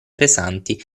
pesanti